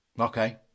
Okay